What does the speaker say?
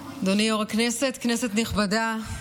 היושב-ראש, כנסת נכבדה,